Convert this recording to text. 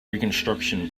reconstruction